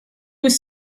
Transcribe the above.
was